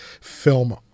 film